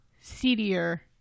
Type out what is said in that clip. seedier